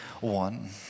one